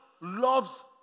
loves